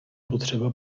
potřeba